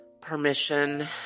permission